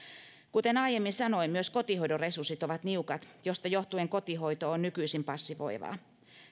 kuten aiemmin sanoin myös kotihoidon resurssit ovat niukat mistä johtuen kotihoito on nykyisin passivoivaa